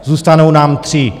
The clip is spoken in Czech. Zůstanou nám tři.